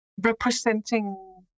representing